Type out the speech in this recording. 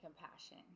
compassion